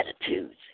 attitudes